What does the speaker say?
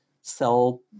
sell